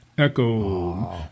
ECHO